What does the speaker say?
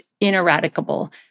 ineradicable